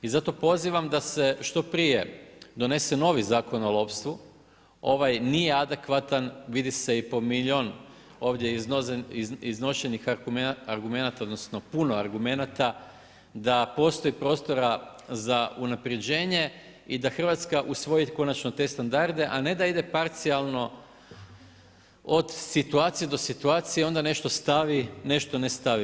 I zato pozivam da se što prije donese novi Zakon o lovstvu, ovaj nije adekvatan, vidi se po milijun ovdje iznošenih argumenata, odnosno puno argumenata, da postoji prostora za unapređenje i da Hrvatska usvoji konačno te standarde a ne da ide parcijalno od situacije do situacije, onda nešto stavi, nešto ne stavi.